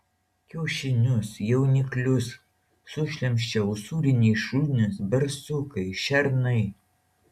kiaušinius jauniklius sušlemščia usūriniai šunys barsukai šernai